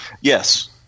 Yes